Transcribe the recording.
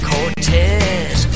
Cortez